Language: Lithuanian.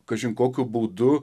kažin kokiu būdu